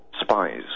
spies